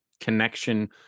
connection